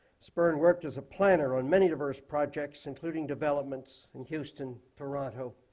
spirn worked as a planner on many diverse projects including developments in houston, toronto,